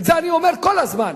את זה אני אומר כל הזמן,